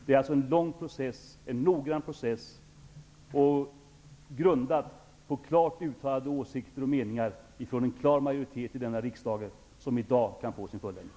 Det är alltså en lång process, en noggrann process, grundad på klart uttalade åsikter och meningar från en klar majoritet i Sveriges riksdag som i dag kan få sin fulländning.